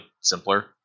simpler